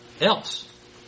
else